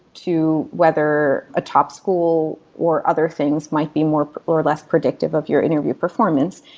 to whether a top school or other things might be more or less predictive of your interview performance.